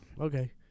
okay